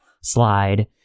slide